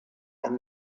and